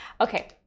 Okay